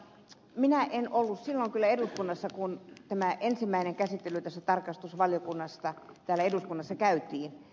minä en ollut silloin kyllä eduskunnassa kun tarkastusvaliokunta asian ensimmäinen käsittely täällä eduskunnassa käytiin